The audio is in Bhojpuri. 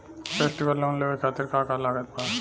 फेस्टिवल लोन लेवे खातिर का का लागत बा?